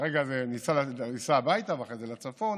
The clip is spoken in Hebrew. כרגע אני אסע הביתה ואחרי זה לצפון,